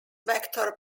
vector